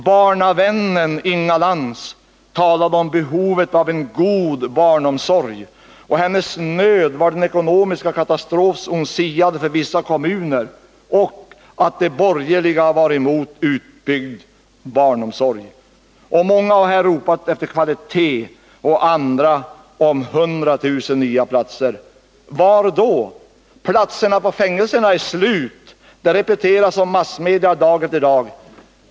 Barnavännen Inga Lantz talade om behovet av ”en god barnomsorg”, och hennes nöd var den ekonomiska katastrof hon siade om för vissa kommuner och att de borgerliga var emot en utbyggd barnomsorg. Många har här ropat efter kvalitet och andra efter 100 000 nya platser. Var då? Platserna på fängelserna är slut — det repeteras av massmedia dag efter dag.